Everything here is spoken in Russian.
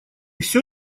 всё